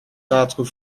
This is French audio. quatre